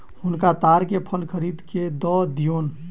हुनका ताड़ फल खरीद के दअ दियौन